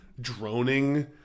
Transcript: droning